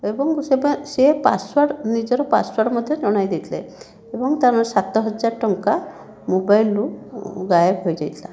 ଏବଂ ସିଏ ପାସୱାର୍ଡ଼ ନିଜର ପାସୱାର୍ଡ଼ ମଧ୍ୟ ଜଣାଇ ଦେଇଥିଲେ ଏବଂ ତାଙ୍କର ସାତ ହଜାର ଟଙ୍କା ମୋବାଇଲରୁ ଗାଏବ ହୋଇ ଯାଇଥିଲା